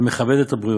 המכבד את הבריות,